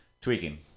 tweaking